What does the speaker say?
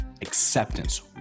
acceptance